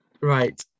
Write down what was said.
right